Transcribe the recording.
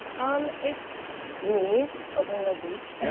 um it's me opening a beach. yeah.